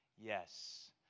yes